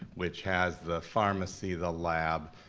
which has the pharmacy, the lab,